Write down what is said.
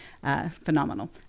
phenomenal